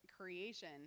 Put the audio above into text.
creation